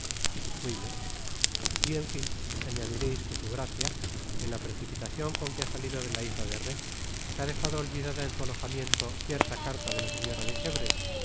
muy bien en fin añadireis que su gracia en la precipitacion con que ha salido de la isla de rhé se ha dejado olvidada en su alojamiento cierta carta de la señora de chevreuse